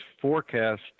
forecast